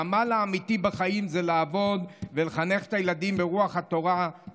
העמל האמיתי בחיים זה לעבוד ולחנך את הילדים ברוח התורה,